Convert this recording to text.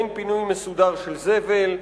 אין פינוי מסודר של זבל,